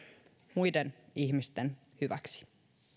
muiden ihmisten hyväksi